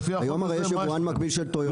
היום יש יבואן מקביל של טויוטה,